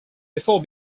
before